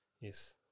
Yes